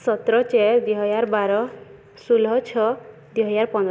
ସତର ଚାରି ଦୁଇହଜାର ବାର ଷୋହଳ ଛଅ ଦୁଇହଜାର ପନ୍ଦର